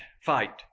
fight